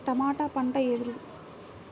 టమాట పంట ఎదుగుదల త్వరగా ఎలా వస్తుంది?